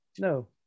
No